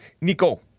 Nico